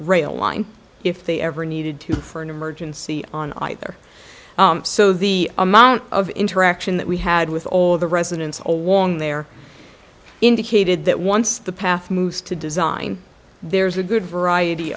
rail line if they ever needed to for an emergency on either so the amount of interaction that we had with all of the residents along there indicated that once the path moves to design there's a good variety